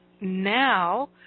Now